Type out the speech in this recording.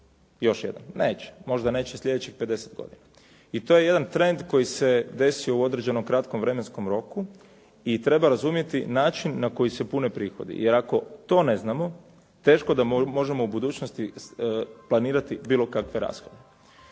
još jedan. Neće. Možda neće sljedećih 50 godina. I to je jedan trend koji se desio u određenom kratkom vremenskom roku i treba razumjeti način na koji se pune prihodi jer ako to ne znamo, teško da možemo u budućnosti planirati bilo kakve rashode.